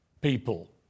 people